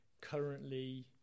currently